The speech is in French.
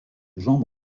jambe